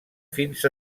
fins